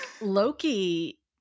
Loki